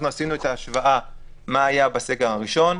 אנחנו עשינו את ההשוואה מה היה בסדר הראשון.